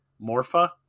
Morpha